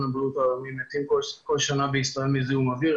הבריאות העולמי מתים כל שנה בישראל מזיהום אויר,